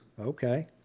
Okay